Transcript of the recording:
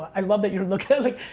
i love that you're looking at like.